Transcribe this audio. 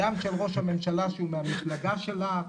גם של ראש הממשלה שהוא מהמפלגה שלך,